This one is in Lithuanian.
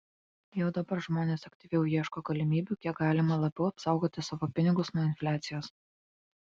jau dabar žmonės aktyviau ieško galimybių kiek galima labiau apsaugoti savo pinigus nuo infliacijos